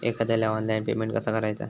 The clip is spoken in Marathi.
एखाद्याला ऑनलाइन पेमेंट कसा करायचा?